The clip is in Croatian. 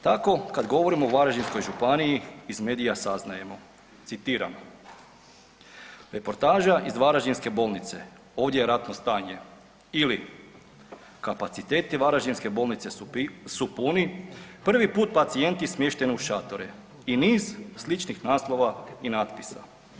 Tako kada govorimo o Varaždinskoj županiji iz medija saznajemo, citiram „Reportaža iz Varaždinske bolnice, ovdje je ratno stanje“ ili „Kapaciteti Varaždinske bolnice su puni, prvi put pacijenti smješteni u šatore“ i niz sličnih naslova i natpisa.